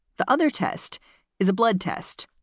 the other test is a blood test,